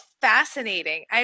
fascinating